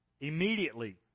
immediately